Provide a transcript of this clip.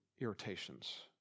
irritations